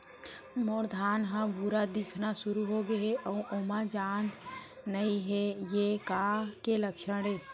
मोर धान ह भूरा दिखना शुरू होगे हे अऊ ओमा जान नही हे ये का के लक्षण ये?